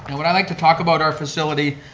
and when i like to talk about our facility,